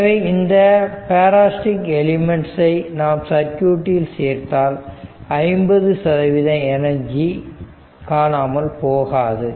எனவே இந்த பேராஸ்டிக் எலிமென்ட்ஸ்சை நாம் சர்க்யூட்டில் சேர்த்தால் 50 சதவிகித எனர்ஜி காணாமல் போகாது